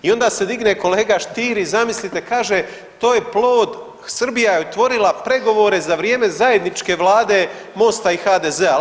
I onda se digne kolega Stier i zamislite kaže to je plod, Srbija je otvorila pregovore za vrijeme zajedničke Vlade MOST-a i HDZ-a.